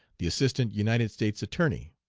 the assistant united states attorney.